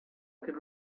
could